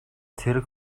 цэрэг